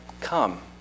come